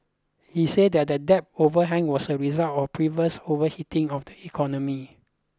he said that the debt overhang was a result of previous overheating of the economy